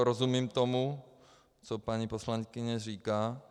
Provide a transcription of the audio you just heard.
Rozumím tomu, co paní poslankyně říká.